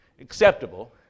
acceptable